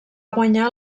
guanyar